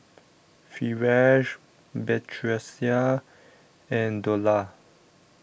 Firash Batrisya and Dollah